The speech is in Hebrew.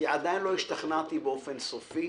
כי עדיין לא השתכנעתי באופן סופי